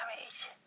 Marriage